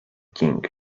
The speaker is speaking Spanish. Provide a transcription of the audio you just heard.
king